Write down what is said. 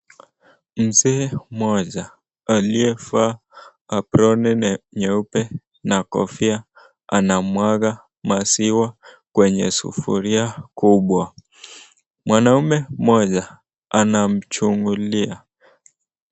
Mzee mmoja aliyevaa aproni nyeupe na kofia anamwaga maziwa kwenye sufuria kubwa. Mwanaume mmoja anamchugulia.